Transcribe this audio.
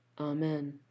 Amen